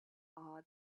all